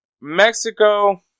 Mexico